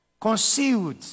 concealed